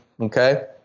okay